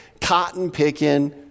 cotton-picking